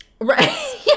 Right